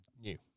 new